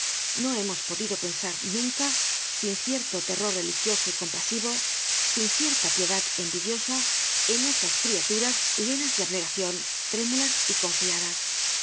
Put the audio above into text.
no hemos podido pensar nunca sin cierto terror religioso y compasivo sin cierta piedad envidiosa en esas criaturas llenas de abnegacion trémulas y confiadas